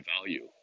value